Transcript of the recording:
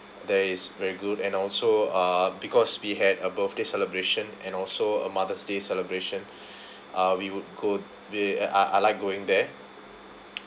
that is very good and also uh because we had a birthday celebration and also a mother's day celebration uh we would go be I I like going there